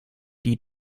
die